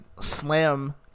slam